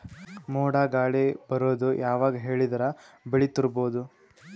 ಮೋಡ ಗಾಳಿ ಬರೋದು ಯಾವಾಗ ಹೇಳಿದರ ಬೆಳೆ ತುರಬಹುದು?